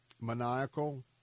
maniacal